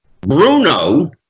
bruno